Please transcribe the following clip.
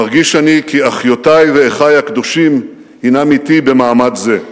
מרגיש אני כי אחיותי ואחי הקדושים הינם אתי במעמד זה.